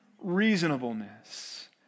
Reasonableness